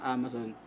Amazon